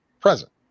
present